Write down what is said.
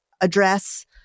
address